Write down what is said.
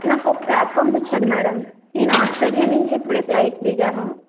నాకు ఒక క్యాబ్ పంపించాలి మేడం నేను ఆస్ట్రేలియా నుంచి ఇప్పుడే ఫ్లైట్ దిగాను